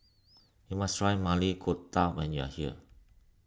you must try Maili Kofta when you are here